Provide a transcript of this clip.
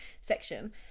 section